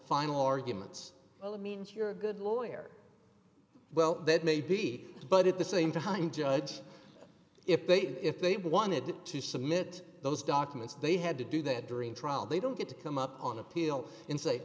final arguments well that means you're a good lawyer well that may be but at the same time judge if they did if they wanted to submit those documents they had to do that during trial they don't get to come up on appeal in say